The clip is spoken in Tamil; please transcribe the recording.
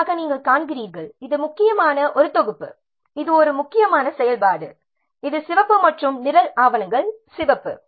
இதற்காக நாம் காண்கிறீர்கள் இது முக்கியமான முக்கியமான ஒன்று தொகுப்பு இது ஒரு முக்கியமான செயல்பாடு இது சிவப்பு மற்றும் நிரல் ஆவணங்கள் சிவப்பு